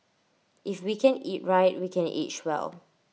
if we can eat right we can age well